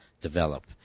develop